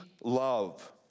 love